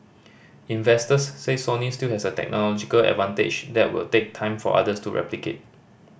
investors say Sony still has a technological advantage that will take time for others to replicate